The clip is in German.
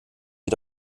sie